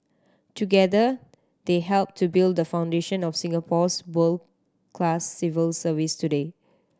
together they helped to build the foundation of Singapore's world class civil service today